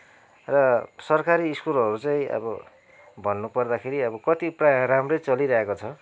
र सरकारी सकुलहरू चाहिँ अब भन्नु पर्दाखेरि अब कति प्रायः राम्रै चलिरहेको छ